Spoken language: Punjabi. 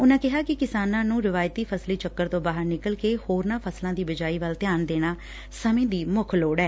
ਉਨਾਂ ਕਿਹਾ ਕਿ ਕਿਸਾਨਾਂ ਨੂੰ ਰਿਵਾਇਤੀ ਫਸਲੀ ਚੱਕਰ ਚੋ ਬਾਹਰ ਨਿਕਲ ਕੇ ਹੋਰਨਾਂ ਫਸਲਾਂ ਦੀ ਬਿਜਾਈ ਵੱਲ ਧਿਆਨ ਦੇਣਾ ਸਮੇਂ ਦੀ ਮੁੱਖ ਲੋੜ ਐ